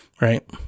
Right